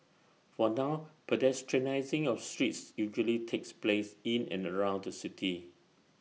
for now pedestrianising of streets usually takes place in and around the city